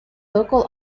local